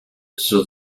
sus